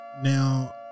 Now